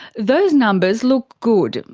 those numbers look good,